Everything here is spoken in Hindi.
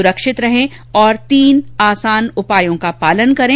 सुरक्षित रहें और इन तीन आसान उपायों का पालन करें